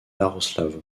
iaroslavl